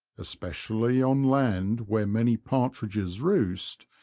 especially on land where many partridges roost,